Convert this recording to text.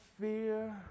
fear